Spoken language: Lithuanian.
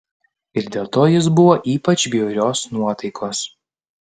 ir dėl to jis buvo ypač bjaurios nuotaikos